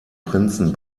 prinzen